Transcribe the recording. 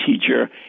teacher